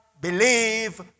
believe